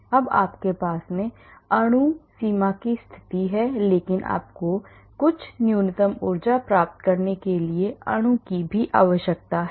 अब आपके पास अणु सीमा की स्थिति है लेकिन आपको कुछ न्यूनतम ऊर्जा ऊर्जा प्राप्त करने के लिए अणु की आवश्यकता है